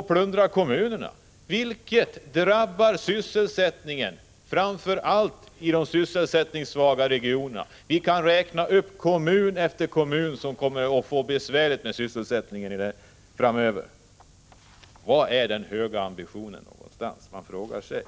att plundra kommunerna, vilket drabbar sysselsättningen framför allt i de sysselsättningssvaga regionerna. Vi kan räkna upp kommun efter kommun som kommer att få det besvärligt med sysselsättningen framöver. Var finns den höga ambitionen? frågar man sig.